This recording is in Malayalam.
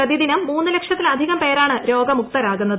പ്രതി ദിനം മൂന്ന് ലക്ഷത്തിലധികം പേരാണ് രോഗമുക്തരാകുന്നത്